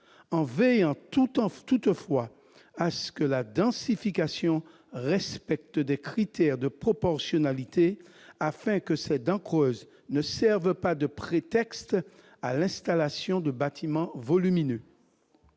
en veillant toutefois à ce que la densification respecte des critères de proportionnalité, afin que ces dents creuses ne servent pas de prétexte à l'installation de bâtiments volumineux.